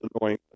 annoying